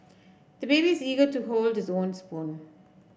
the baby's eager to hold his own spoon